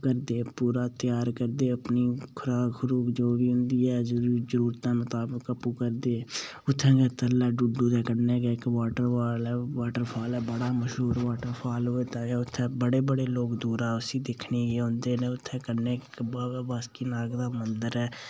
करदे पूरा त्यार करदे ओह् अपनी खुराक जो बी ऐ जो बी होंदी ऐ जरूरत दे मताबक आपूं करदे उत्थै गै थल्लै डुड्डू दे कन्नै गै इक्क वॉटरफॉल ऐ ओह् वॉटरफाल बड़ा मश्हूर वॉटरफाल होवा'रदा ऐ उत्थै बड़े बड़े दूरा लोग उस्सी दिक्खने गी औंदे न उत्थै कन्नै गै बाबा बासुकि नाग दा मंदर ऐ